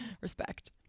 Respect